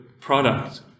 product